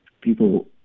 people